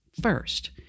First